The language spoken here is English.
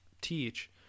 teach